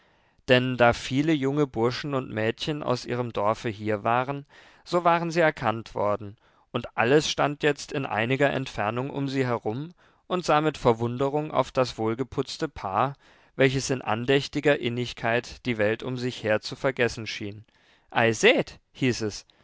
denn da viele junge burschen und mädchen aus ihrem dorfe hier waren so waren sie erkannt worden und alles stand jetzt in einiger entfernung um sie herum und sah mit verwunderung auf das wohlgeputzte paar welches in andächtiger innigkeit die welt um sich her zu vergessen schien ei seht hieß es